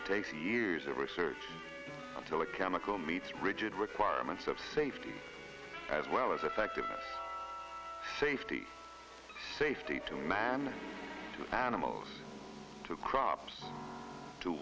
it takes years of research to lead chemical meets rigid requirements of safety as well as effective safety safety to man to animals to crops to